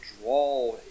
draw